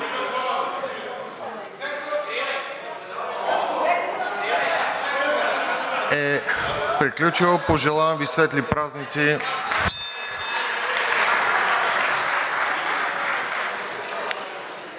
е приключила. Пожелавам Ви светли празници!